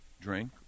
drink